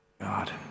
God